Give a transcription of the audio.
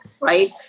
right